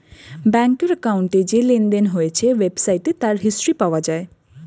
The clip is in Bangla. ব্যাংকের অ্যাকাউন্টে যে লেনদেন হয়েছে ওয়েবসাইটে তার হিস্ট্রি পাওয়া যায়